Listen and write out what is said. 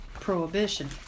prohibition